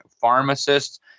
Pharmacists